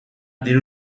diru